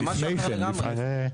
זה משהו אחר לגמרי.